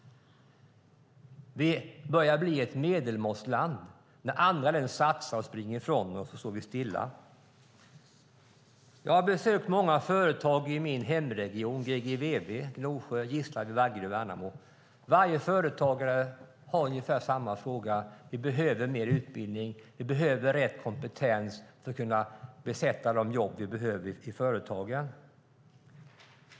Vi börjar bli ett medelmåttigt land. När andra länder satsar och springer ifrån oss står vi stilla. Jag har besökt många företag i min hemregion GGVV, alltså Gnosjö, Gislaved, Vaggeryd och Värnamo. Varje företagare säger samma sak: Det behövs mer utbildning. Vi behöver rätt kompetens för att kunna tillsätta de tjänster som finns i företagen.